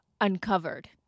uncovered